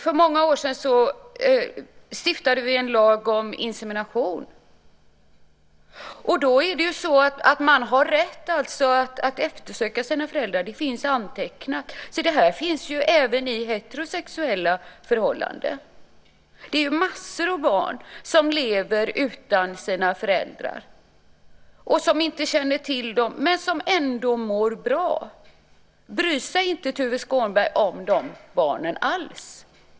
För många år sedan stiftade vi en lag om insemination. Man har rätt att eftersöka sina föräldrar; det finns antecknat. Det finns även i heterosexuella förhållanden. Det är massor av barn som lever utan sina föräldrar och som inte känner till dem men som ändå mår bra. Bryr sig inte Tuve Skånberg om de barnen alls?